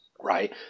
right